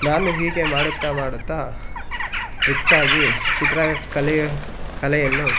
ನಾನು ಹೀಗೆ ಮಾಡುತ್ತ ಮಾಡುತ್ತ ಹೆಚ್ಚಾಗಿ ಚಿತ್ರ ಕಲೆಯು ಕಲೆಯನ್ನು